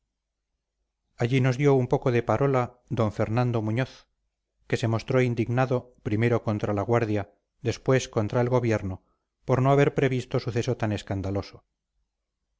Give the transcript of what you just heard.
allí nos dio un poco de parola d fernando muñoz que se mostró indignado primero contra la guardia después contra el gobierno por no haber previsto suceso tan escandaloso